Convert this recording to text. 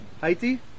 Haiti